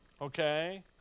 Okay